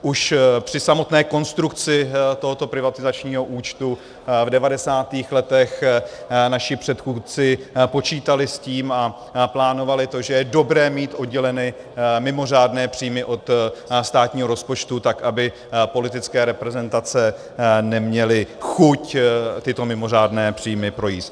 Už při samotné konstrukci tohoto privatizačního účtu v devadesátých letech naši předchůdci počítali s tím a naplánovali to, že je dobré mít oddělené mimořádné příjmy od státního rozpočtu tak, aby politické reprezentace neměly chuť tyto mimořádné příjmy projíst.